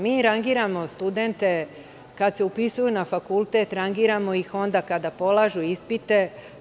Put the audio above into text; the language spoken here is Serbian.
Mi rangiramo studente kada se upisuju na fakultet, rangiramo ih onda kada polažu ispite.